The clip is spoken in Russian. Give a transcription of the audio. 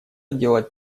делать